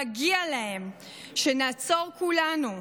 מגיע להם שנעצור כולנו,